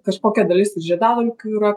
kažkokia dalis ir žiedadulkių yra